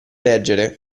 leggere